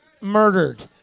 murdered